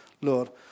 Lord